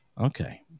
Okay